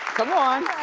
come on.